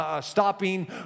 stopping